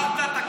החזרת את הכסף?